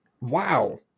wow